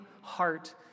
heart